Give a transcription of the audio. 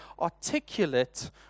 articulate